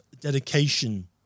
dedication